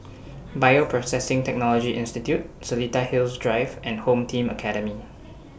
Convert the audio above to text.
Bioprocessing Technology Institute Seletar Hills Drive and Home Team Academy